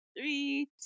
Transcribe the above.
Three